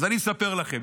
אז אני אספר לכם.